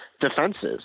defenses